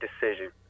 decision